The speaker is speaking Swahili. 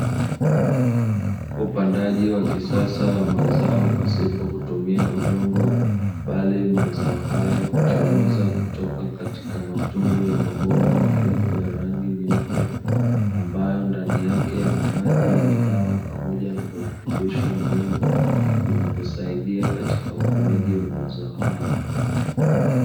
Upandaji wa kisasa wa mazao pasipo kutumia udongo, bali mazao hayo huchomoza kutoka katika matundu ya mabomba marefu yenye rangi nyeupe ambayo ndani yake yana maji yenye dawa pamoja na virutubisho muhimu vinavyosaidia katika ukuaji wa mazao haya.